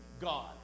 God